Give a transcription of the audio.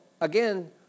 again